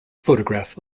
photograph